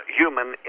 human